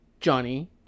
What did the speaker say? Johnny